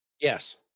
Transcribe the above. Yes